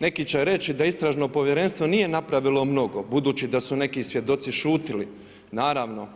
Neki će reći da istražno povjerenstvo nije napravilo mnogo budući da su neki svjedoci šutjeli, naravno